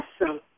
awesome